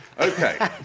Okay